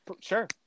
Sure